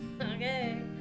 Okay